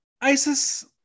isis